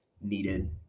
needed